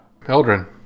Eldrin